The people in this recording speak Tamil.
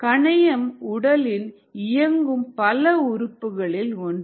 கணையம் உடலில் இயங்கும் பல உறுப்புகளில் ஒன்று